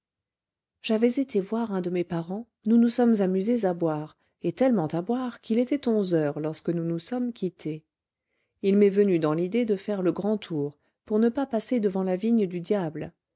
j'avais été voir un de mes parens nous nous sommes amusés à boire et tellement à boire qu'il était onze heures lorsque nous nous sommes quittés il m'est venu dans l'idée de faire le grand tour pour ne pas passer devant la vigne du diable